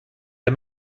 der